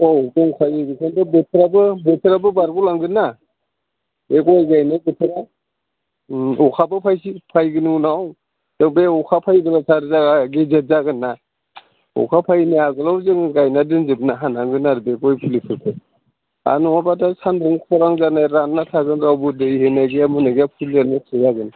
औ दंखायो बेखायनो थ' बोथोराबो बोथोराबो बारग' लांगोन ना बे गय गायनाय बोथोरा अखाबो फायगोन उनाव बे अखा फैग्रोब्ला गेजेन जागोन ना अखा फैनाय आग्लावनो जों गायना दोनजोबनो हानांगोन आरो बे गय फुलिफोरखौ आरो नङाब्ला दा सान्दुं खरान जाना रानना थागोन रावबो दै होनाय गैया मुनाय गैया फुलिया नस्थ' जागोन